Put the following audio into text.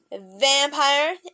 vampire